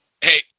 Hey